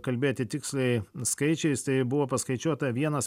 kalbėti tiksliai skaičiais tai buvo paskaičiuota vienas